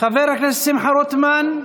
חבר הכנסת שמחה רוטמן.